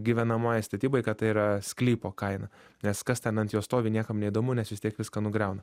gyvenamajai statybai kad tai yra sklypo kaina nes kas ten ant jo stovi niekam neįdomu nes vis tiek viską nugriauna